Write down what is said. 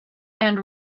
and